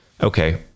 okay